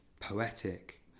poetic